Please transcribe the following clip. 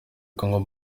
congo